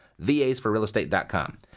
vasforrealestate.com